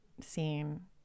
scene